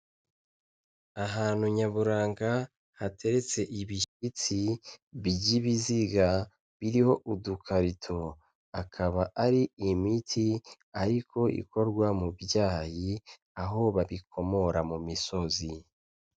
Ahantu nyaburanga hateretse ibishyitsi by'ibiziga biriho udukarito, akaba ari imiti ariko ikorwa mu byayi aho babikomora mu misozi.